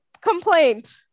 complaint